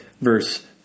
verse